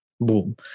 boom